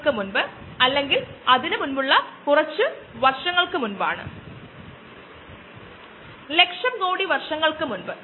ആസിഡിന്റെ നിയന്ത്രിത ഉത്പാദനം കാരണം അതായത് ഒരു ഉചിതമായ ഫാഷനിൽ അത് ആസിഡ് പിഎച്ച് കുറയ്ക്കുന്നു